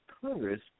Congress